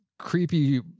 creepy